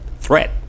threat